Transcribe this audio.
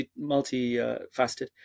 multifaceted